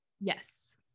Yes